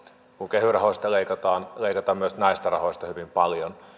myös kehy rahoista leikataan leikataan hyvin paljon niin